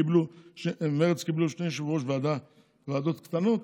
מרצ קיבלו שני יושבי-ראש ועדות קטנות,